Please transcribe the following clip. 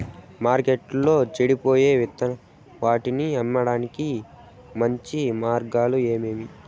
మార్కెట్టులో చెడిపోయే వాటిని అమ్మేకి మంచి మార్గాలు ఏమేమి